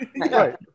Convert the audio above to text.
Right